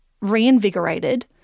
reinvigorated